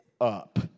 up